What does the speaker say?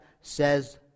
says